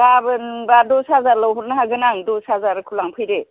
गाबोन बा दस हाजारल' हरनो हागोन आं दस हाजारखौ लांफैदो